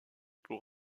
pour